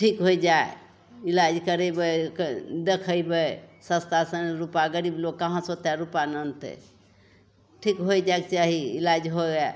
ठीक होइ जाइ इलाज करेबै देखेबै सस्तासे रुपा गरीब लोक कहाँसे ओतेक रुपा आनतै ठीक होइ जाइके चाही इलाज होबै